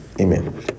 Amen